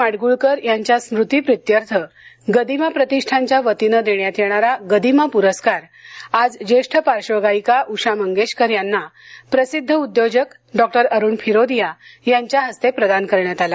माडगूळकर यांच्या स्मूतिप्रित्यर्थ गदिमा प्रतिष्ठानच्या वतीनं देण्यात येणारा गदिमा पुरस्कार आज ज्येष्ठ पार्श्वगायिका उषा मंगेशकर यांना प्रसिद्ध उद्योजक डॉक्टर अरुण फिरोदिया यांच्या हस्ते प्रदान करण्यात आला